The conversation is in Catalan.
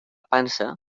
pansa